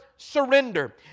Surrender